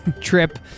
trip